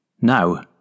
now